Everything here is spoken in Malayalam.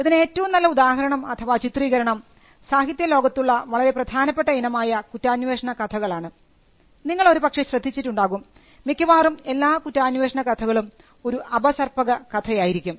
ഇതിന് ഏറ്റവും നല്ല ഉദാഹരണം അഥവാ ചിത്രീകരണം സാഹിത്യ ലോകത്തുള്ള വളരെ പ്രധാനപ്പെട്ട ഇനമായ കുറ്റാന്വേഷണ കഥകൾ ആണ് നിങ്ങൾ ഒരു പക്ഷെ ശ്രദ്ധിച്ചിട്ടുണ്ടാകും മിക്കവാറും എല്ലാ കുറ്റാന്വേഷണ കഥകളും ഒരു അപസർപ്പക കഥയായിരിക്കും